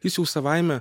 jis jau savaime